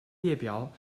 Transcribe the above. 列表